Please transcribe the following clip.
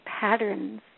patterns